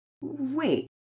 Wait